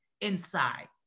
inside